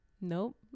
Nope